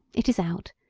it is out!